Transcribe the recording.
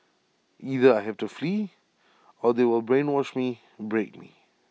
either I have to flee or they will brainwash me break me